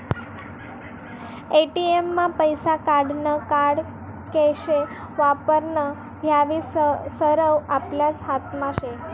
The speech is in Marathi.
ए.टी.एम मा पैसा काढानं कार्ड कशे वापरानं हायी सरवं आपलाच हातमा शे